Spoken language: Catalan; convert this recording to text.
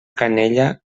canella